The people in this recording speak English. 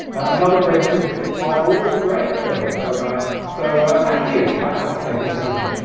another great tuesday tips live. always great phil, so so thank you as i say. good to have you here.